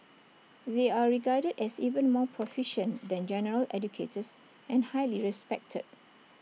they are regarded as even more proficient than general educators and highly respected